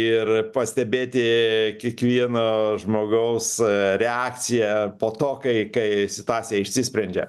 ir pastebėti kiekvieno žmogaus reakciją po to kai kai situacija išsisprendžia